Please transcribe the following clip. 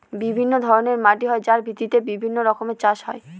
বিভিন্ন ধরনের মাটি হয় যার ভিত্তিতে বিভিন্ন রকমের চাষ হয়